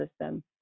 system